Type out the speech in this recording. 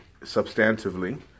substantively